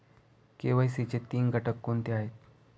KYC चे तीन घटक कोणते आहेत?